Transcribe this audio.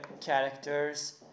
characters